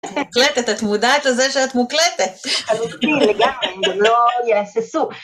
את מוקלטת, את מודעת על זה שאת מוקלטת. אני... לגמרי, לא יהססו.